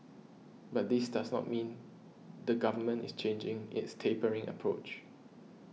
but this does not mean the Government is changing its tapering approach